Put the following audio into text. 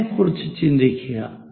അതിനെക്കുറിച്ച് ചിന്തിക്കുക